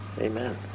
Amen